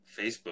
Facebook